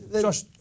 Josh